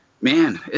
man